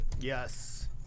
Yes